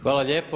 Hvala lijepo.